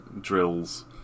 drills